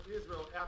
Israel